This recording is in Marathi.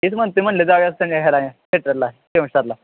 तेच म्हणत आहे म्हणलं जाऊ या सं ह्याला थेटरला सेव्हन स्टारला